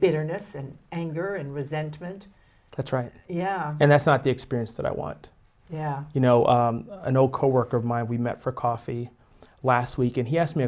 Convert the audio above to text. bitterness and anger and resentment that's right yeah and that's not the experience that i want yeah you know no coworker of mine we met for coffee last week and he asked me